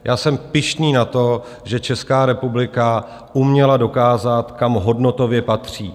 Já jsem pyšný na to, že Česká republika uměla dokázat, kam hodnotově patří.